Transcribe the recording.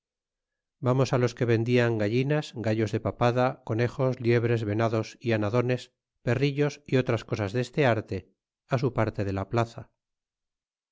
vamos los que vendían gallinas gallos de papada conejos liebres venados y anadones perrillos y otras cosas deste arte su parte de la plaza